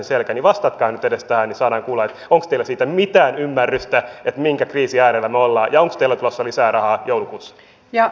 vastatkaa nyt edes tähän niin saadaan kuulla onko teillä siitä mitään ymmärrystä minkä kriisin äärellä me olemme ja onko teillä tulossa lisää rahaa joulukuussa